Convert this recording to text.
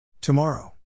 Tomorrow